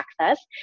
access